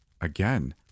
Again